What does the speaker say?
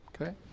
okay